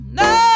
no